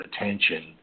attention